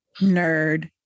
nerd